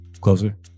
Closer